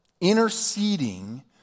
Interceding